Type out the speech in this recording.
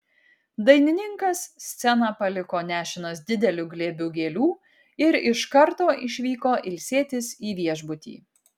dainininkas sceną paliko nešinas dideliu glėbiu gėlių ir iš karto išvyko ilsėtis į viešbutį